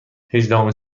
هجدهمین